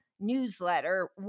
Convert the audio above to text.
Newsletter